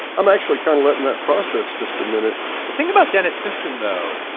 i'm actually kind of letting that process just a minute the thing about dennis simpson, though,